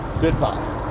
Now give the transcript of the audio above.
goodbye